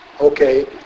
okay